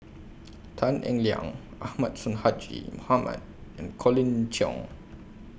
Tan Eng Liang Ahmad Sonhadji Mohamad and Colin Cheong